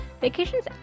vacations